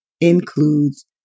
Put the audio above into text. includes